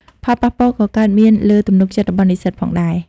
ផលប៉ះពាល់ក៏កើតមានលើ ទំនុកចិត្តរបស់និស្សិត ផងដែរ។